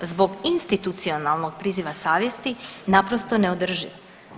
zbog institucionalnog priziva savjesti naprosto neodrživ.